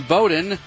Bowden